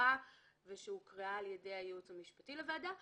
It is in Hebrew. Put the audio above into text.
שהונחה ושהוקראה על ידי הייעוץ המשפטי לוועדה.